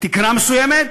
תקרה מסוימת,